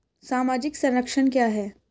सामाजिक संरक्षण क्या है?